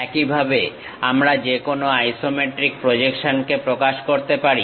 এইভাবেই আমরা যেকোনো আইসোমেট্রিক প্রজেকশনকে প্রকাশ করতে পারি